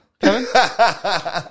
Kevin